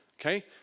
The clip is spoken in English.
Okay